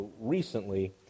recently